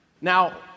Now